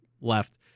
left